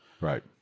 Right